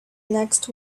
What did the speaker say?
next